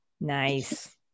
Nice